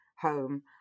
home